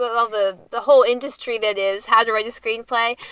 but well, the the whole industry. that is how you write the screenplay.